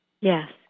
Yes